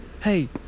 hey